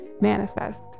manifest